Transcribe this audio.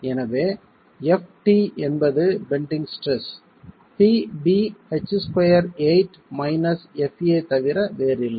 எனவே ft என்பது bending stress pb h28 fa தவிர வேறில்லை